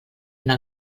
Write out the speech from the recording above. una